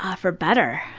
ah for better.